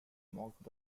mocked